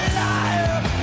liar